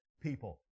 people